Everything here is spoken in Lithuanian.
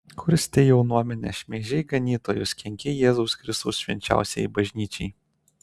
kurstei jaunuomenę šmeižei ganytojus kenkei jėzaus kristaus švenčiausiajai bažnyčiai